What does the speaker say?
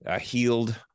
healed